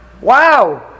Wow